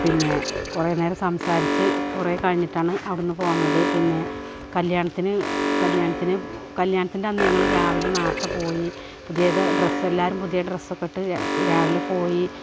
പിന്നെ കുറേ നേരം സംസാരിച്ച് കുറേ കഴിഞ്ഞിട്ടാണ് അവിടന്ന് പോന്നത് പിന്നെ കല്യാണത്തിന് കല്യാണത്തിൻറ്റന്ന് ഞങ്ങള് രാവിലെ നേരത്തെ പോയി പുതിയത് ഡ്രസ്സ് എല്ലാരും പുതിയ ഡ്രെസ്സൊക്കെയിട്ട് രാവിലെപോയി